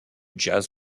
jazz